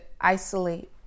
isolate